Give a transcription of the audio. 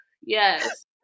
Yes